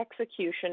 execution